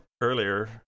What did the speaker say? earlier